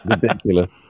ridiculous